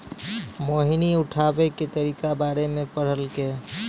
मोहिनी उठाबै के तरीका बारे मे पढ़लकै